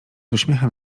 uśmiechem